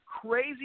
crazy